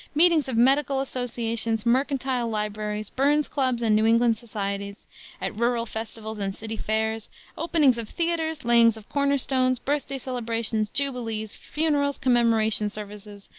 meetings of medical associations, mercantile libraries, burns clubs and new england societies at rural festivals and city fairs openings of theaters, layings of corner stones, birthday celebrations, jubilees, funerals, commemoration services,